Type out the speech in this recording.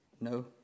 No